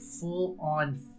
full-on